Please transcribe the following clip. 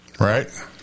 right